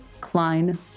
klein